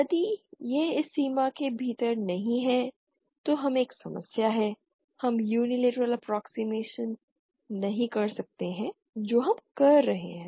यदि यह इस सीमा के भीतर नहीं है तो हमें एक समस्या है हम यूनीलेटरल अप्प्रोक्सिमेशन नहीं कर सकते हैं जो हम कर रहे हैं